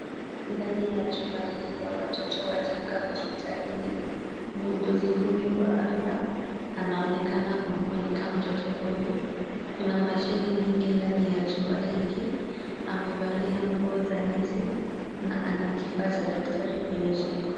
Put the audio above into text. Ndani ya chumba hii ya watoto wachanga hospitalini, muuguzi huyu wa afya anaonekana kumfunika mtoto huyu. Kuna mashine nyingi ndani ya chumba hiki. Amevalia nguo za nesi na ana kifaa cha daktari kwenye shingo.